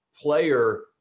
player